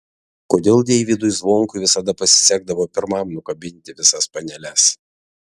kodėl deivydui zvonkui visada pasisekdavo pirmam nukabinti visas paneles